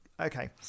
Okay